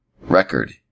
record